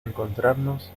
encontrarnos